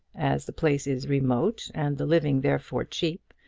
as the place is remote and the living therefore cheap,